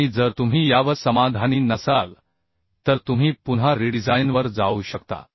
आणि जर तुम्ही यावर समाधानी नसाल तर तुम्ही पुन्हा रीडिझाइनवर जाऊ शकता